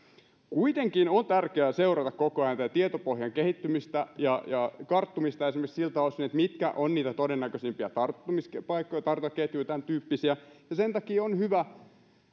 kuitenkin on tärkeää seurata koko ajan tätä tietopohjan kehittymistä ja karttumista esimerkiksi siltä osin mitkä ovat niitä todennäköisimpiä tarttumispaikkoja tartuntaketjuja tämäntyyppisiä ja sen takia on hyvä